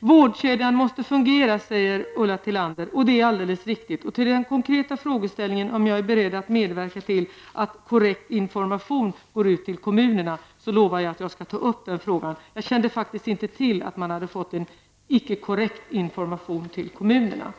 Vårdkedjan måste fungera, säger Ulla Tillander. Det är viktigt. Som svar på den konkreta frågan om jag är beredd att medverka till att korrekt information går ut till kommunerna lovar jag att ta upp frågan. Jag kände faktiskt inte till att icke korrekt information hade gått ut till kommunerna.